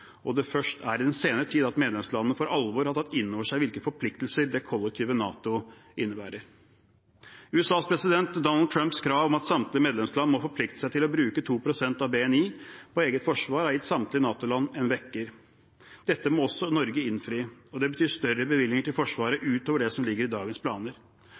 Det er først i den senere tid at medlemslandene for alvor har tatt inn over seg hvilke forpliktelser det kollektive NATO innebærer. USAs president Donald Trumps krav om at samtlige medlemsland må forplikte seg til å bruke 2 pst. av BNI på eget forsvar, har gitt samtlige NATO-land en vekker. Dette må også Norge innfri, og det betyr større bevilgninger til Forsvaret enn det som ligger i dagens planer.